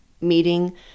meeting